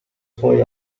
poi